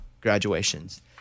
graduations